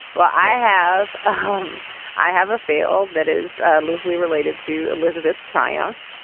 well, i have um i have a feel that is loosely related to elizabeth's triumph.